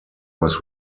was